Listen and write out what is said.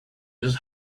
his